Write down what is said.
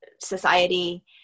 society